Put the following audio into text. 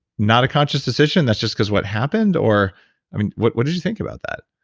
not a conscious decision? that's just cause what happened? or i mean what what did you think about that?